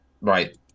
Right